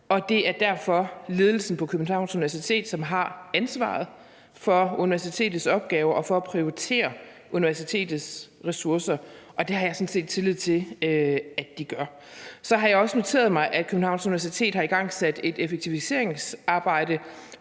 og det er derfor ledelsen på Københavns Universitet, som har ansvaret for universitetets opgaver og for at prioritere universitetets ressourcer. Og det har jeg sådan set tillid til at de gør. Så har jeg også noteret mig, at Københavns Universitet har igangsat et effektiviseringsarbejde,